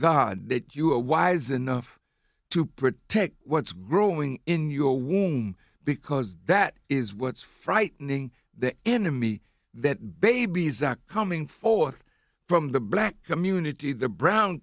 god that you are wise enough to protect what's growing in your womb because that is what's frightening the enemy that baby is coming forth from the black community the brown